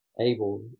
able